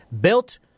built